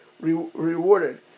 rewarded